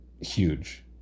huge